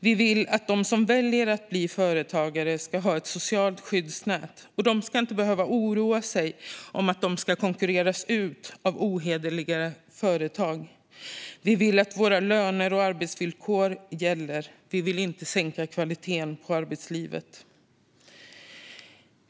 Vi vill att de som väljer att bli företagare ska ha ett socialt skyddsnät, och de ska inte behöva oroa sig för att konkurreras ut av ohederliga företag. Vi vill att rimliga löner och arbetsvillkor ska gälla, och vi vill inte sänka kvaliteten på arbetslivet.